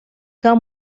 cau